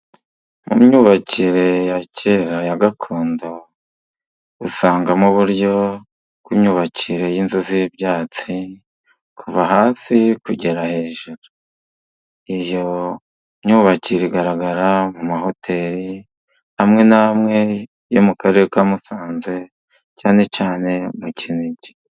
Mu myubakire ya kera ya gakondo usangamo uburyo bw'imyubakire y'inzu z'ibyatsi kuva hasi kugera hejuru, iyo myubakire igaragara mu mahoteli amwe n'amwe yo mu Karere ka Musanze cyane cyane mu Kinigi.